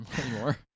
anymore